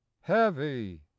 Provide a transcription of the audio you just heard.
heavy